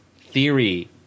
theory